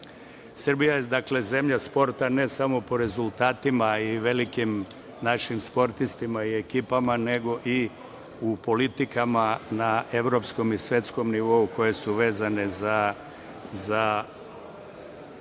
sporta. Srbija je zemlja sporta ne samo po rezultatima i velikim našim sportistima i ekipama, nego i u politikama na evropskom i svetskom nivou koje su vezane za